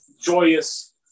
joyous